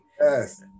Yes